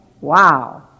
Wow